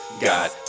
God